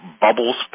Bubbles